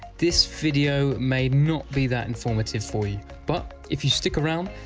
this video may not be that informative for you but if you stick around,